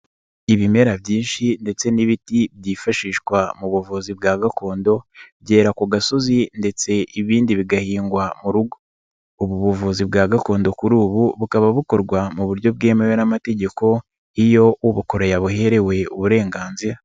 Ibimera byinshi ndetse n'ibiti byifashishwa mu buvuzi bwa gakondo byera ku gasozi ndetse ibindi bigahingwa mu rugo, ubu buvuzi bwa gakondo kuri ubu bukaba bukorwa mu buryo bwemewe n'amategeko iyo ubukora yabuherewe uburenganzira.